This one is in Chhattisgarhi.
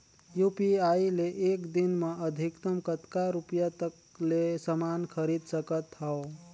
यू.पी.आई ले एक दिन म अधिकतम कतका रुपिया तक ले समान खरीद सकत हवं?